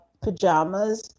pajamas